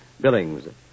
Billings